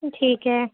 ٹھیک ہے